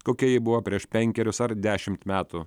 kokia ji buvo prieš penkerius ar dešimt metų